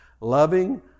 loving